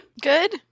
Good